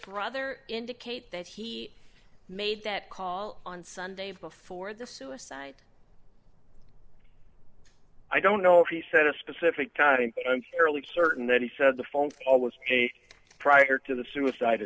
brother indicate that he made that call on sunday before the suicide i don't know if he set a specific time and fairly certain that he said the phone call was a prior to the suicide